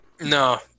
no